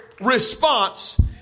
Response